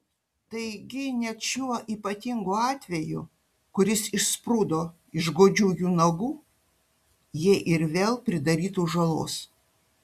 taigi net šiuo ypatingu atveju kuris išsprūdo iš godžių jų nagų jie ir vėl pridarytų žalos